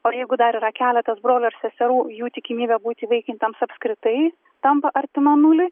o jeigu dar yra keletas brolių ar seserų jų tikimybė būt įvaikintiems apskritai tampa artima nuliui